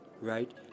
right